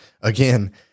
again